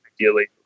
ideally